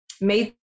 made